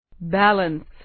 Balance